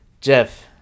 Jeff